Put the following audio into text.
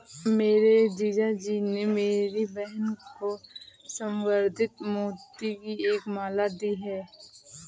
मेरे जीजा जी ने मेरी बहन को संवर्धित मोती की एक माला दी है